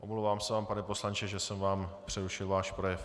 Omlouvám se vám, pane poslanče, že jsem přerušil váš projev.